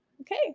Okay